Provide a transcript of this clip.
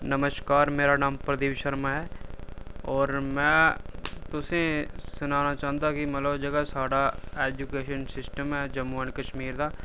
नमस्कार मेरा नांऽ प्रदीप शर्मा ऐ और में तुसें ई सनाना चाह्न्ना कि मतलब जेह्का साढ़ा ऐजुकेशन सिस्टम ऐ जम्मू ऐंड कश्मीर दा